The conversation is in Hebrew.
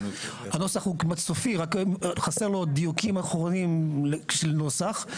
הנוסח הוא כמעט סופי רק חסר לו דיוקים אחרונים של נוסח.